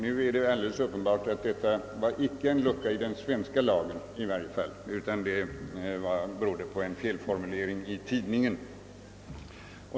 Nu är det alldeles uppenbart att det i varje fall inte finns någon lucka i den svenska lagen, utan att det förelåg en felaktig formulering i tid ningen.